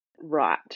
right